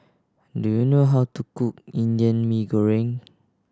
do you know how to cook Indian Mee Goreng